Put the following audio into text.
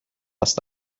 است